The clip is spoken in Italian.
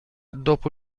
dopo